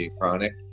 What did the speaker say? chronic